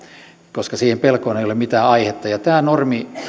koska siihen pelkoon ei ole mitään aihetta tämä